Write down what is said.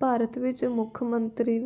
ਭਾਰਤ ਵਿੱਚ ਮੁੱਖ ਮੰਤਰੀ